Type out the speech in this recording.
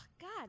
God